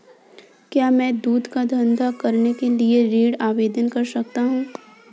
क्या मैं दूध का धंधा करने के लिए ऋण आवेदन कर सकता हूँ?